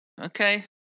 okay